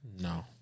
No